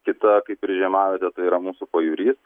kita kaip ir žiemavietė tai yra mūsų pajūris